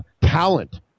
talent